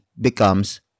becomes